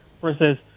Versus